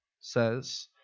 says